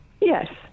Yes